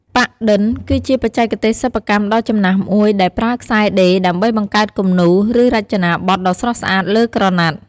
ប៉ាក់-ឌិន គឺជាបច្ចេកទេសសិប្បកម្មដ៏ចំណាស់មួយដែលប្រើខ្សែដេរ ដើម្បីបង្កើតគំនូរ ឬរចនាបថដ៏ស្រស់ស្អាតលើក្រណាត់។